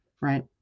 right